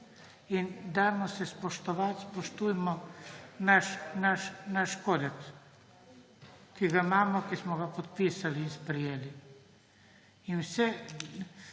in se spoštujmo, spoštujmo naš kodeks, ki ga imamo, ki smo ga podpisali in sprejeli.